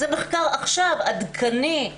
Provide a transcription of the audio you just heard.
זה מחקר עכשווי, עדכני.